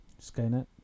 Skynet